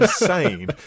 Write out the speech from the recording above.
insane